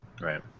Right